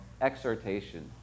Exhortation